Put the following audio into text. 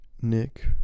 Nick